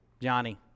Johnny